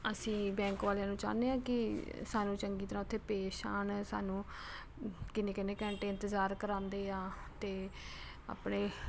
ਅਸੀਂ ਬੈਂਕ ਵਾਲਿਆਂ ਨੂੰ ਚਾਹੁੰਦੇ ਹਾਂ ਕਿ ਸਾਨੂੰ ਚੰਗੀ ਤਰ੍ਹਾਂ ਉੱਥੇ ਪੇਸ਼ ਆਉਣ ਸਾਨੂੰ ਕਿੰਨੇ ਕਿੰਨੇ ਘੰਟੇ ਇੰਤਜ਼ਾਰ ਕਰਾਉਂਦੇ ਆ ਅਤੇ ਆਪਣੇ